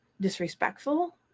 disrespectful